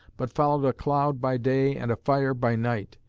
but followed a cloud by day and a fire by night,